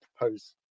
propose